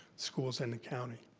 schools and the county.